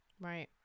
Right